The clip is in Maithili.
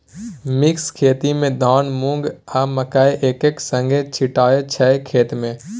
मिक्स खेती मे धान, मुँग, आ मकय एक्के संगे छीटय छै खेत मे